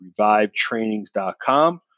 revivetrainings.com